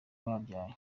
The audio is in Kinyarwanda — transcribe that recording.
babyaye